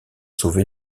sauver